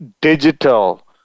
digital